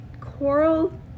coral